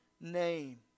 name